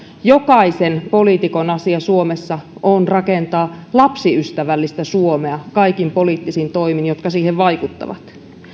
jokaisen poliitikon asia suomessa on rakentaa lapsiystävällistä suomea kaikin poliittisin toimin jotka siihen vaikuttavat